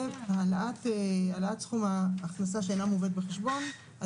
העלאת סכום ההכנסה שאינה מובאת בחשבון,